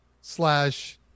slash